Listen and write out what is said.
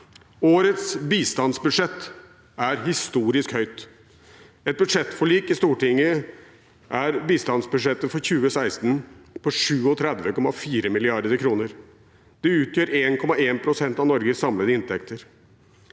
Årets bistandsbudsjett er historisk høyt. Etter budsjettforliket i Stortinget er bistandsbudsjettet for 2016 på 37,4 mrd. kr. Det utgjør 1,l pst. av Norges samlede inntekter.